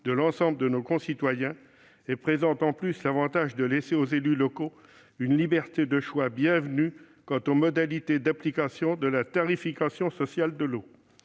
de l'ensemble de nos concitoyens et présente de plus l'avantage de laisser aux élus locaux une liberté de choix bienvenue quant aux modalités d'application de la tarification sociale de l'eau.